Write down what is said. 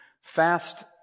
fast